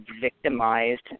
Victimized